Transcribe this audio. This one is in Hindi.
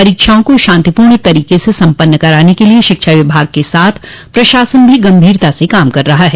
परीक्षाओं को शांति पूर्ण तरीके से सम्पन्न करने के लिए शिक्षा विभाग के साथ प्रशासन भी गम्भीरता से काम कर रहा है